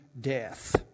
death